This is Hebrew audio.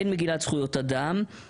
אין מגילת זכויות אדם,